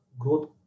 growth